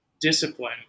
discipline